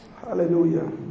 hallelujah